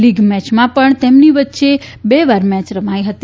league મેચમાં પણ તેમની વચ્ચે બે વાર મેચ રમાઇ હતી